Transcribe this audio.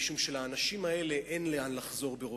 משום שברוב המקרים לאנשים האלה אין לאן לחזור.